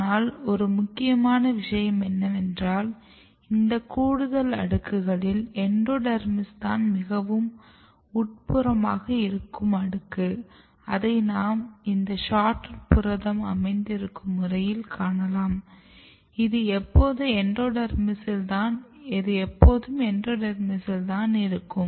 ஆனால் ஒரு முக்கியமான விஷயம் என்னவென்றால் இந்த கூடுதல் அடுக்குகளில் எண்டோடெர்மிஸ் தான் மிகவும் உட்புறமாக இருக்கும் அடுக்கு அதை நாம் இந்த SHORTROOT புரதம் அமைந்திருக்கும் முறையில் காணலாம் இது எப்போதும் எண்டோடெர்மிஸில் தான் இருக்கும்